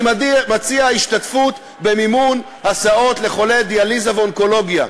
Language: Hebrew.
אני מציע השתתפות במימון הסעות לחולי דיאליזה ואונקולוגיה,